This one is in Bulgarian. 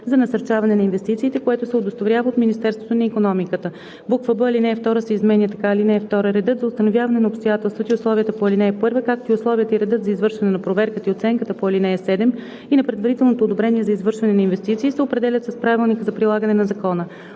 за насърчаване на инвестициите, което се удостоверява от Министерството на икономиката;“ б) алинея 2 се изменя така: „(2) Редът за установяване на обстоятелствата и условията по ал. 1, както и условията и редът за извършване на проверката и оценката по ал. 7 и на предварителното одобрение за извършване на инвестиции, се определят с правилника за прилагане на закона.